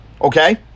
Okay